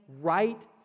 right